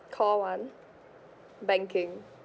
call one banking